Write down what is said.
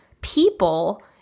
people